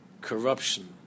corruption